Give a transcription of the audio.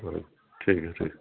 ٹھیک ہے ٹھیک